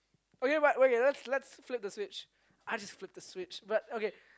okay but okay let's let's flip the switch I just flipped the switch but okay